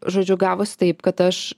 žodžiu gavosi taip kad aš